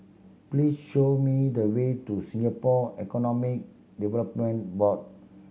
please show me the way to Singapore Economic Development Board